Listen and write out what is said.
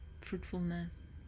fruitfulness